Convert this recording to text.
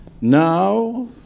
Now